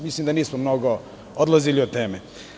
Mislim da nismo mnogo odlazili od teme.